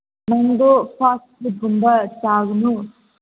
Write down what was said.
ꯅꯪꯗꯨ ꯐꯥꯁ ꯐꯨꯗꯒꯨꯝꯕ ꯆꯥꯒꯅꯨ